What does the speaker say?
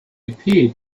appeared